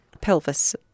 pelvis